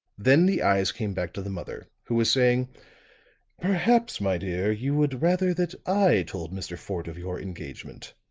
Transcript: then the eyes came back to the mother, who was saying perhaps, my dear, you would rather that i told mr. fort of your engagement.